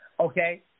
Okay